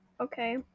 Okay